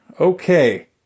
Okay